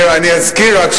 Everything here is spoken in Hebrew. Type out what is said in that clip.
אני אזכיר רק,